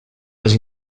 les